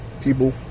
people